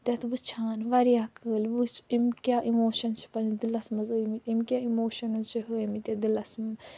تتھ وُچھان واریاہ کٲلۍ وُچھ أمۍ کیٛاہ اِموشنٕز چھِ پَنٕنِس دِلَس مَنٛز ہٲومٕتۍ أمۍ کیٛاہ اِموشنٕز چھِ ہٲومٕتۍ یتھ دِلَس مَنٛز